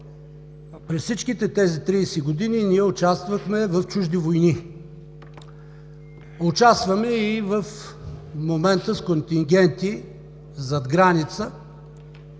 през всичките тези 30 години ние участвахме в чужди войни, участваме и в момента с контингенти зад граница.